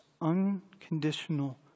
unconditional